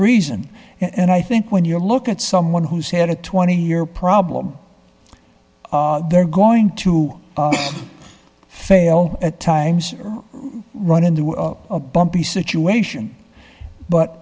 reason and i think when you look at someone who's had a twenty year problem they're going to fail at times run into a bumpy situation but